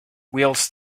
whilst